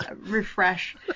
refresh